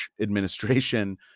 administration